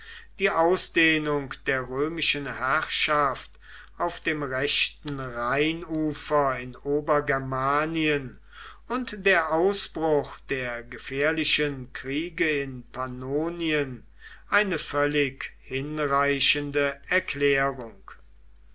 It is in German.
die ausdehnung der römischen herrschaft auf dem rechten rheinufer in obergermanien und der ausbruch der gefährlichen kriege in pannonien eine völlig hinreichende erklärung